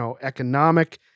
economic